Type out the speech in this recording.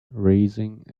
raising